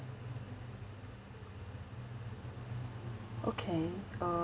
okay uh~